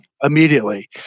immediately